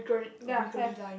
ya have